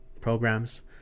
programs